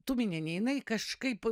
tuminienė jinai kažkaip